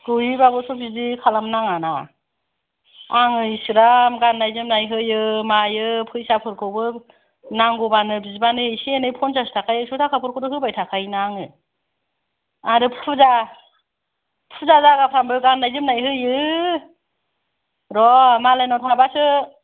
गैयैबाबोथ' बिदि खालामनो नाङाना आङो एसिग्राब गाननाय जोमनाय होयो मायो फैसाफोरखौबो नांगौबानो बिबानो एसे एनै पनसास ताखा एकस' ताखाफोरखौथ' होबाय थाखायोना आङो आरो फुजा फुजा जागाफ्रामबो गाननाय जोमनाय होयो र' मालायनाव थाबासो